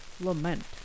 Lament